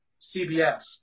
CBS